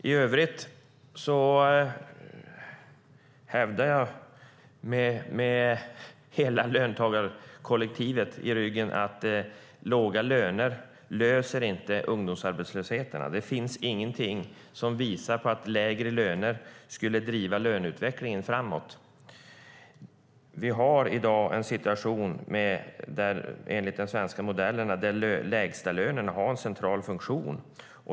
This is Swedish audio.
I övrigt hävdar jag, med hela löntagarkollektivet i ryggen, att låga löner inte löser problemet med ungdomsarbetslösheten. Det finns ingenting som visar att lägre löner skulle driva löneutvecklingen framåt. Vi har i dag en situation enligt den svenska modellen där lägstalönerna har en central funktion.